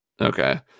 Okay